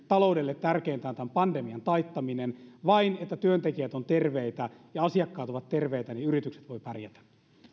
taloudelle tärkeintä on tämän pandemian taittaminen vain sillä että työntekijät ovat terveitä ja asiakkaat ovat terveitä yritykset voivat pärjätä